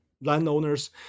landowners